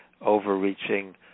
overreaching